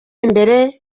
imbere